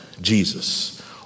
Jesus